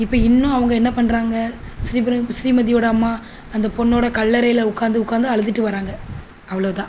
இப்போ இன்னும் அவங்க என்ன பண்ணுறாங்க ஸ்ரீம ஸ்ரீமதியோட அம்மா அந்த பொண்ணோடய கல்லறையில் உட்காந்து உட்காந்து அழுதுட்டு வர்றாங்க அவ்வளோ தான்